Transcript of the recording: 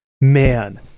man